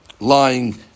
lying